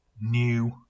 new